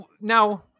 now